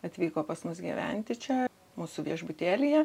atvyko pas mus gyventi čia mūsų viešbutėlyje